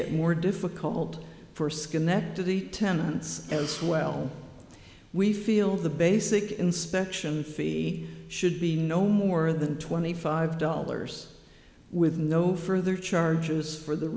it more difficult for skin that to the tenants as well we feel the basic inspection fee should be no more than twenty five dollars with no further charges for the